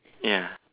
ya